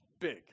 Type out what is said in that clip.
big